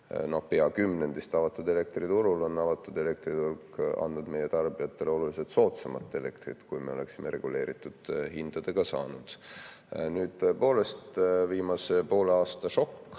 pea kümnendist avatud elektriturul on avatud elektriturg andnud meie tarbijatele oluliselt soodsamat elektrit, kui me oleksime reguleeritud hindadega saanud. Nüüd, tõepoolest viimase poole aasta šokk